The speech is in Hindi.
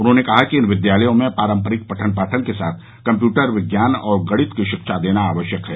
उन्होंने कहा कि इन विद्यालयों में पारम्परिक पठन पाठन के साथ कम्प्यूटर विज्ञान और गणित की शिक्षा देना आवश्यक है